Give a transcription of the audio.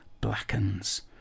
blackens